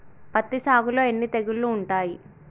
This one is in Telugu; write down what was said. పత్తి సాగులో ఎన్ని తెగుళ్లు ఉంటాయి?